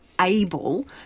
able